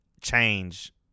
change